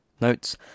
notes